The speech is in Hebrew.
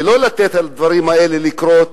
ולא לתת לדברים האלה לקרות,